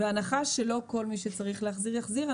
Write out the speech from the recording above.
בהנחה שלא כל מי שצריך להחזיר יחזיר,